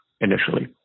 initially